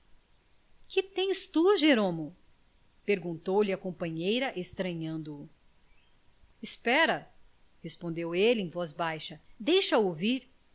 que tens tu jeromo perguntou-lhe a companheira estranhando o espera respondeu ele em voz baixa deixa ouvir